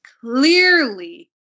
clearly